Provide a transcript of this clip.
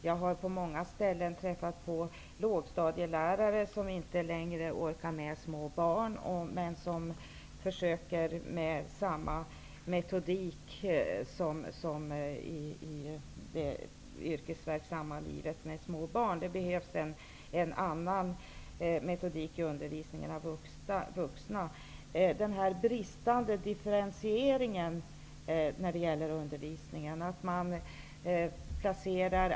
Jag har på många ställen träffat lågstadielärare som inte längre orkar med små barn. De försöker använda samma metodik med små barn som i det yrkesverksamma livet. En annan metodik behövs i undervisningen av vuxna. Det råder en bristande differentiering när det gäller undervisningen.